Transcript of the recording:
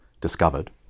discovered